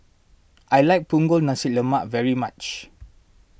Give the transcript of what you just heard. I like Punggol Nasi Lemak very much